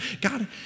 God